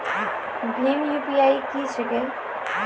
भीम UPI की छीके?